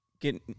get